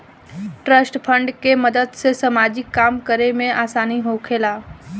trust fund के मदद से सामाजिक काम करे में आसानी होखेला